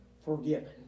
Forgiven